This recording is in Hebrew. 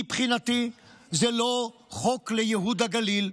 מבחינתי, זה לא חוק לייהוד הגליל,